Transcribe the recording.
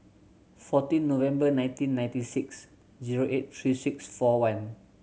fourteen November nineteen ninety six zero eight three six four one